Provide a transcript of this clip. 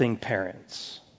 parents